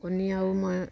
কণী আৰু মই